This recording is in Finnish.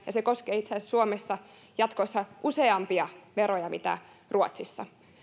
ja se koskee itse asiassa suomessa jatkossa useampia veroja kuin ruotsissa